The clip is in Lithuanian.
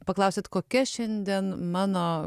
paklausėt kokia šiandien mano